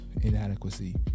inadequacy